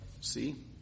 see